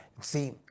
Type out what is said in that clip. See